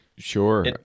Sure